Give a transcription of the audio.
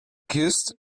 kissed